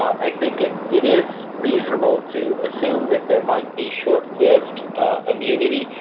i think it it is reasonable to assume that there might be short-lived immunity.